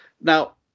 Now